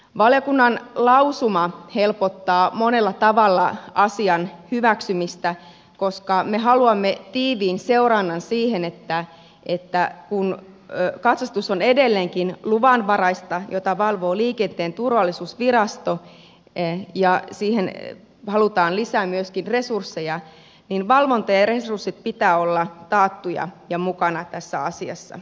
valiokunnan lausuma helpottaa monella tavalla asian hyväksymistä koska me haluamme tiiviin seurannan siihen että kun katsastus on edelleenkin luvanvaraista jota valvoo liikenteen turvallisuusvirasto ja siihen halutaan lisää myöskin resursseja niin valvonnan ja resurssien pitää olla taattuja ja mukana tässä asiassa